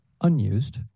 unused